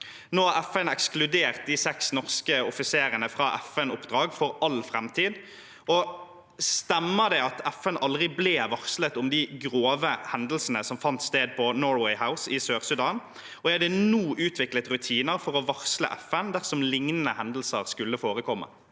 Nå har FN ekskludert de seks norske offiserene fra FN-oppdrag for all framtid. Stemmer det at FN aldri ble varslet om de grove hendelsene som fant sted i Norway House i Sør-Sudan, og er det nå utviklet rutiner for å varsle FN dersom lignende hendelser skulle forekomme?